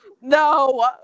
no